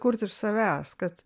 kurt iš savęs kad